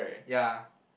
ya